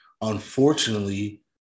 unfortunately